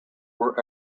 were